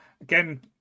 again